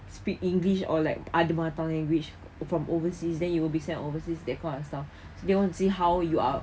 speak english or like other ada apa language from overseas then you will be sent overseas that kind of stuff so they want to see how you are